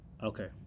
Okay